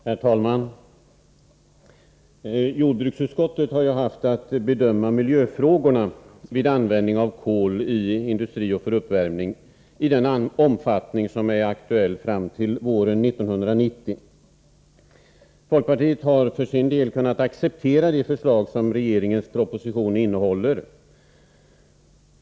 Herr talman! Jordbruksutskottet har haft att bedöma miljöfrågorna vid användning av kol i den omfattning som är aktuell fram till år 1990. Folkpartiet har för sin del kunnat acceptera de förslag som regeringens proposition innehåller.